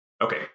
Okay